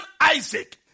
Isaac